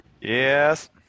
Yes